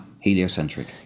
Heliocentric